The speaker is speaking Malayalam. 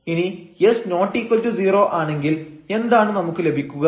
ഇനി s≠0 ആണെങ്കിൽ എന്താണ് നമുക്ക് ലഭിക്കുക